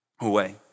away